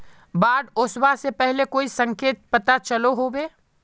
बाढ़ ओसबा से पहले कोई संकेत पता चलो होबे?